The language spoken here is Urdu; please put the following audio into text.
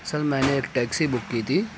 سر میں نے ایک ٹیکسی بک کی تھی